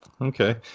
Okay